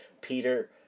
Peter